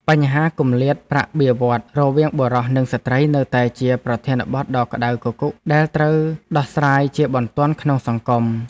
បញ្ហាគម្លាតប្រាក់បៀវត្សរ៍រវាងបុរសនិងស្ត្រីនៅតែជាប្រធានបទដ៏ក្តៅគគុកដែលត្រូវដោះស្រាយជាបន្ទាន់ក្នុងសង្គម។